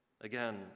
Again